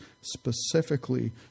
specifically